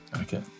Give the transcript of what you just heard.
Okay